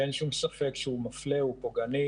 שאין שום ספק שהוא מפלה, הוא פוגעני.